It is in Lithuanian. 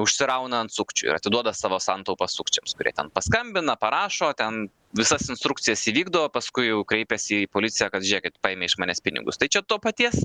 užsirauna ant sukčių ir atiduoda savo santaupas sukčiams kurie ten paskambina parašo ten visas instrukcijas įvykdo o paskui jau kreipiasi į policiją kad žiūrėkit paėmė iš manęs pinigus tai čia to paties